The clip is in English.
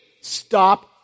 stop